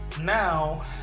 now